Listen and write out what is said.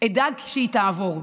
אדאג שהיא תעבור,